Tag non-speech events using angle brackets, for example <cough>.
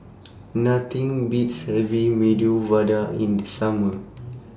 Nothing Beats having Medu Vada in The Summer <noise>